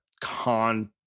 con